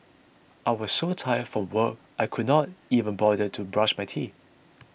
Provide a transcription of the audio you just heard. I was so tired from work I could not even bother to brush my teeth